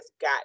got